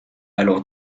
alors